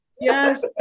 yes